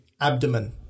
abdomen